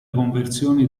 conversioni